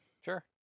Sure